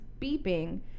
beeping